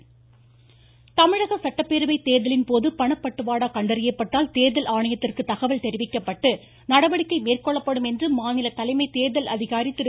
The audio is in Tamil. சத்யபிரத சாகு தமிழக சட்டப்பேரவை தேர்தலின்போது பணப்பட்டுவாடா கண்டறியப்பட்டால் தோ்தல் ஆணையத்திற்கு தகவல் தெரிவிக்கப்பட்டு நடவடிக்கை மேற்கொள்ளப்படும் என்று மாநில தலைமை தேர்தல் அதிகாரி திரு